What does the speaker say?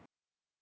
mm